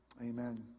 Amen